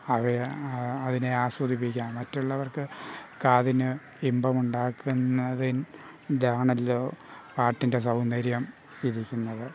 അവയെ അതിനെ ആസ്വദിപ്പിക്കാൻ മറ്റുള്ളവർക്ക് കാതിന് ഇമ്പമുണ്ടാക്കുന്നതിലാണല്ലോ പാട്ടിൻ്റെ സൗന്ദര്യം ഇരിക്കുന്നത്